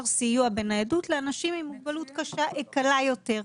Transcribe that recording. סיוע בניידות לאנשים עם מוגבלות קלה יותר.